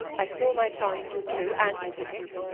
i saw my chance, it is true, and took it.